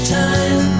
time